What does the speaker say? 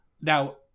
Now